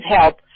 help